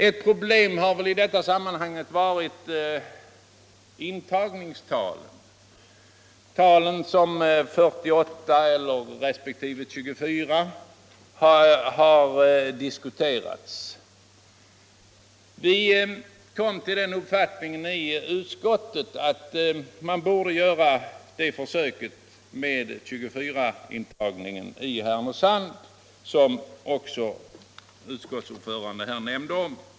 Ett problem har i detta sammanhang varit intagningstalen, talen 48 resp. 24 har diskuterats. Vi kom i utskottet till uppfattningen att man borde göra försök med 24-intagning i Härnösand, som också utskottsordföranden här nämnde.